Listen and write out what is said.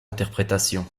interprétation